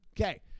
Okay